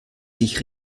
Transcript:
sich